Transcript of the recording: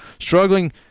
struggling